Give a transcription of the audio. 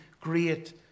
great